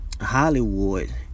Hollywood